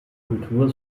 kultur